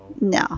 No